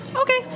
Okay